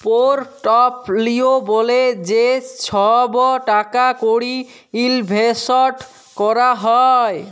portfolio ব্যলে যে ছহব টাকা কড়ি ইলভেসট ক্যরা হ্যয়